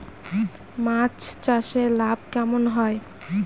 মাছ চাষে লাভ কেমন হয়?